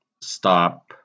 stop